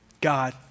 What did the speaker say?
God